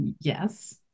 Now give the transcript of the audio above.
Yes